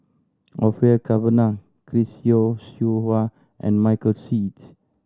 Orfeur Cavenagh Chris Yeo Siew Hua and Michael Seet